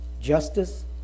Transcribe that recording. justice